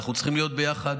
אנחנו צריכים להיות ביחד.